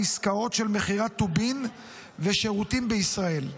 עסקאות של מכירת טובין ושירותים בישראל.